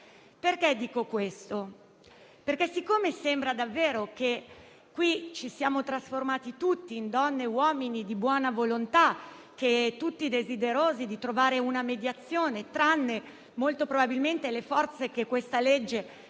Dico questo perché sembra davvero che ci siamo trasformati tutti in donne e uomini di buona volontà, tutti desiderosi di trovare una mediazione, tranne, molto probabilmente, le forze che hanno